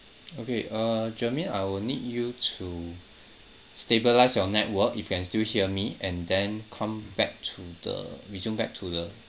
okay uh jermaine I will need you to stabilise your network if you can still hear me and then come back to the reaching back to the